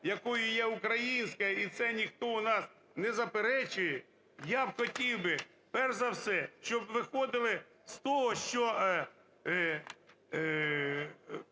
якою є українська, і це ніхто у нас не заперечує, я б хотів би, перш за все, щоб виходили з того, що